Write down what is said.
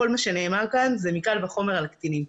כל מה שנאמר כאן זה מקל וחומר על קטינים.